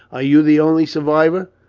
are you the only survivor?